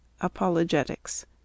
Apologetics